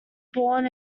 born